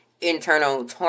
internal